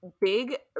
big